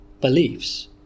beliefs